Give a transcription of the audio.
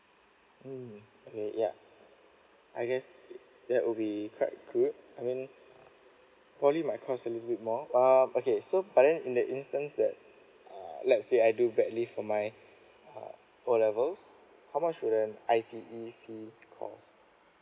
mm okay ya I guess that will be quite good I mean poly might cost a little bit more um okay so but then in the instance that uh let's say I do badly for my uh O levels how much will then I_T_E fee cost